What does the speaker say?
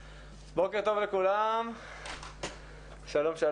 בוקר טוב לכולם, שלום.